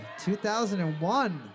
2001